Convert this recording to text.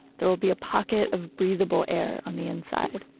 there will be a pocket of breathable air on the inside.